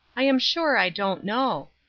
i am sure i don't know.